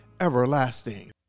everlasting